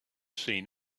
seen